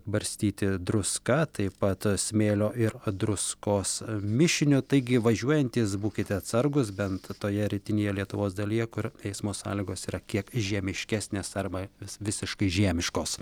barstyti druska taip pat smėlio ir druskos mišiniu taigi važiuojantys būkite atsargūs bent toje rytinėje lietuvos dalyje kur eismo sąlygos yra kiek žiemiškesnės arba vis visiškai žiemiškos